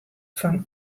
fan